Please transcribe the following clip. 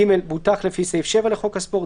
(ג) בוטח לפי סעיף 7 לחוק הספורט,